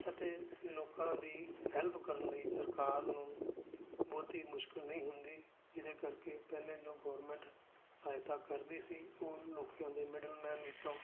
ਅਤੇ ਲੋਕਾਂ ਦੀ ਹੈਲਪ ਕਰਨ ਲਈ ਸਰਕਾਰ ਨੂੰ ਬਹੁਤੀ ਮੁਸ਼ਕਿਲ ਨਹੀਂ ਹੁੰਦੀ ਜਿਹਦੇ ਕਰਕੇ ਪਹਿਲਾਂ ਜੋ ਗੋਰਮੈਂਟ ਸਹਾਇਤਾ ਕਰਦੀ ਸੀ ਉਹ ਲੋਕਾਂ ਦੇ ਮਿਡਲ ਮੈਨ ਵਿੱਚੋਂ